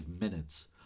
minutes